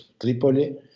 Tripoli